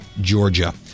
Georgia